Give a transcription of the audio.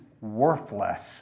worthless